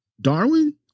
Darwin